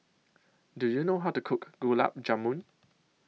Do YOU know How to Cook Gulab Jamun